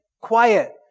quiet